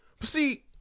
see